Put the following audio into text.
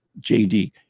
JD